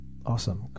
Awesome